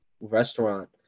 restaurant